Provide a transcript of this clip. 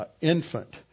infant